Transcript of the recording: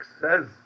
says